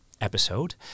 episode